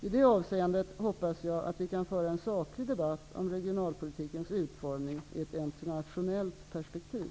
I det avseendet hoppas jag att vi kan föra en saklig debatt om regionalpolitikens utformning i ett internationellt perspektiv.